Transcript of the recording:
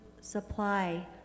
supply